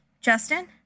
Justin